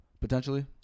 Potentially